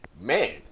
man